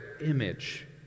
image